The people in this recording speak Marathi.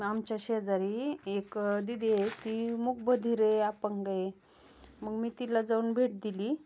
आमच्या शेजारी एक दिदी आहे ती मूक बधीर आहे अपंग आहे मग मी तिला जाऊन भेट दिली